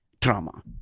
trauma